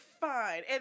fine